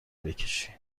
بکشی